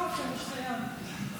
יופי, מצוין.